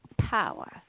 power